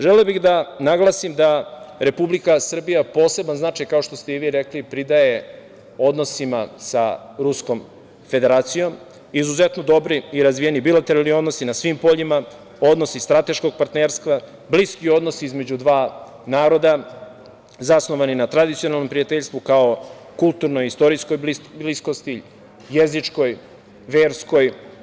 Želeo bih da naglasim da Republika Srbija poseban značaj, kao što ste i vi rekli, pridaje odnosima sa Ruskom Federacijom, izuzetno dobri i razvijeni bilateralnih odnosi na svim poljima, odnosi strateškog partnerstva, bliski odnosi između dva naroda zasnovani na tradicionalnom prijateljstvu kao i kulturno istorijskoj bliskosti, jezičkoj, verskoj.